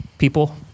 People